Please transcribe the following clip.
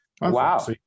wow